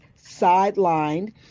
Sidelined